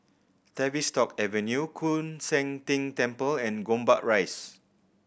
Tavistock Avenue Koon Seng Ting Temple and Gombak Rise